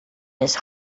his